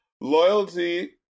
Loyalty